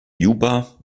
juba